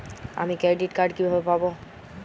আমি credit card কিভাবে পাবো?